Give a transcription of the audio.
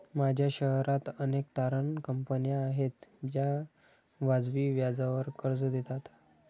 माझ्या शहरात अनेक तारण कंपन्या आहेत ज्या वाजवी व्याजावर कर्ज देतात